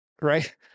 right